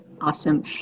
Awesome